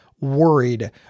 worried